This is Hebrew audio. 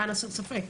למען הסר ספק.